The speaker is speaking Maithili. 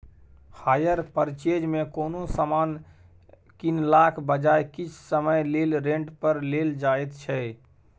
हायर परचेज मे कोनो समान कीनलाक बजाय किछ समय लेल रेंट पर लेल जाएत छै